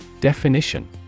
Definition